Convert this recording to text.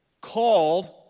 called